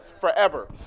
Forever